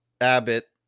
Abbott